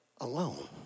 Alone